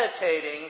meditating